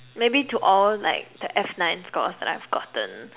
maybe to all like the F nine scores that I've gotten